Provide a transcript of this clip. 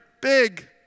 big